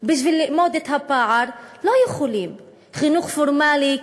בשביל לאמוד את הפער ולא יכולים: חינוך פורמלי,